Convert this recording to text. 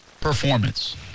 performance